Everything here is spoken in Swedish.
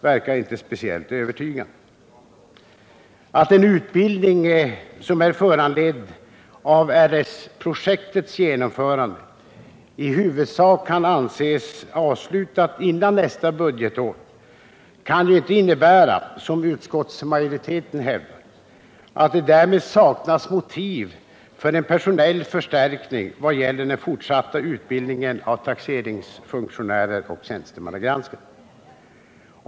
Det förhållandet att den utbildning som är föranledd av RS-projektets genomförande i huvudsak kan anses avslutad före nästa budgetår kan ju inte innebära —-som utskottsmajoriteten hävdar —att det därmed saknas motiv för en personell förstärkning i vad gäller den fortsatta utbildningen av taxeringsfunktionärer och tjänstemannagranskare.